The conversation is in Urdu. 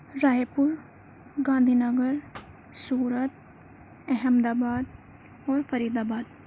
راٮٔے پور گاندھی نگر سورت احمد آباد اور فرید آباد